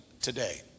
today